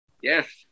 Yes